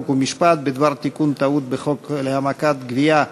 חוק ומשפט בדבר תיקון טעות בחוק להעמקת גביית